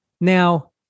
Now